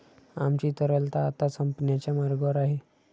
आमची तरलता आता संपण्याच्या मार्गावर आहे